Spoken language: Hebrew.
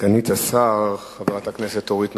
סגנית השר, חברת הכנסת אורית נוקד,